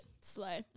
Slow